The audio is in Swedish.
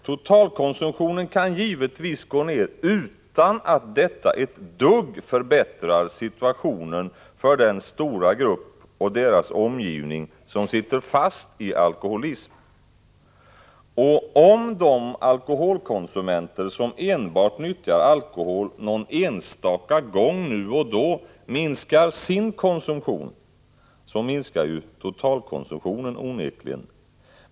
Totalkonsumtionen kan givetvis gå ner utan att detta ett dugg förbättrar situationen för de stora grupper och deras omgivning som sitter fast i alkoholism. gång nu och då minskar sin konsumtion, minskar onekligen totalkonsumtio = Prot. 1985/86:26 nen.